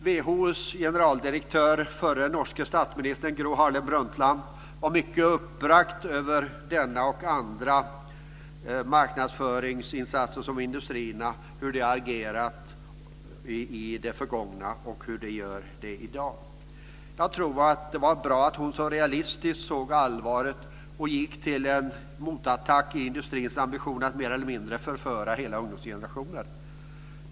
WHO:s generaldirektör, förra norska statsministern Gro Harlem Brundtland, var mycket uppbragt över denna och andra marknadsföringsinsatser från industrierna, över hur de har agerat i det förgångna och över hur de agerar i dag. Jag tror att det var bra att hon så realistiskt såg allvaret och gick till motattack mot industrins ambitioner att mer eller mindre förföra hela ungdomsgenerationer.